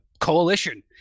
coalition